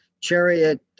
chariot